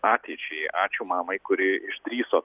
ateičiai ačiū mamai kuri išdrįso